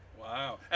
wow